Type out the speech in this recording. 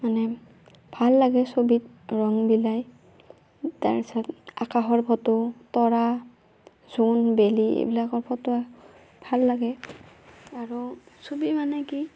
মানে ভাল লাগে ছবিত ৰং বিলাই তাৰপিছত আকাশৰ ফ'টো তৰা জোন বেলি এইবিলাকৰ ফ'টো ভাল লাগে আৰু ছবি মানে কি